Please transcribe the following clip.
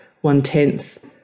one-tenth